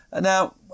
Now